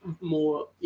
more